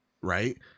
right